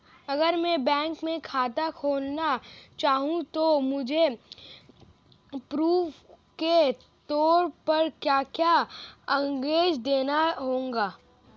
अगर मैं बैंक में खाता खुलाना चाहूं तो मुझे प्रूफ़ के तौर पर क्या क्या कागज़ देने होंगे?